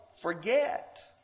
forget